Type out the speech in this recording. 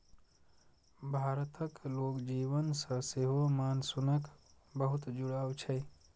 भारतक लोक जीवन सं सेहो मानसूनक बहुत जुड़ाव छै